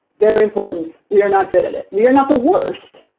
very important. we are not good at it. we are not the worst.